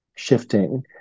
shifting